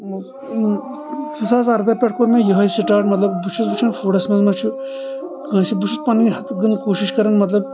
زٕ ساس اردہ پٮ۪ٹھ کوٚر مےٚ یِہے سٹاٹ مطلب بہٕ چھُس وُچھان فڈس منٛز مہ چھُ کٲنٛسہِ بہٕ چھُ پنٕنۍ ہتہٕ گٔنۍ کوٗشش کران مطلب